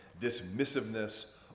dismissiveness